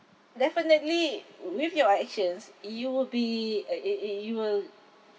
definitely with your actions you will be uh it it you will